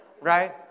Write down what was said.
Right